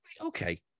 okay